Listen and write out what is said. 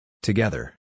Together